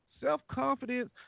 Self-confidence